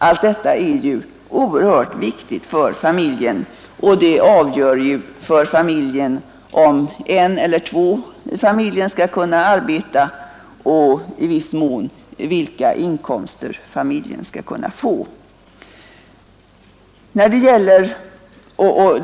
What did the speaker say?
Allt detta är ju oerhört viktigt för familjerna. Det avgör om en eller två i familjen skall kunna arbeta och i viss mån vilka inkomster familjen skall kunna få.